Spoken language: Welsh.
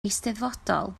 eisteddfodol